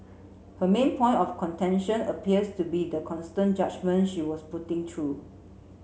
her main point of contention appears to be the constant judgement she was putting through